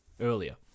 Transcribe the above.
earlier